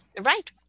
Right